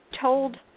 told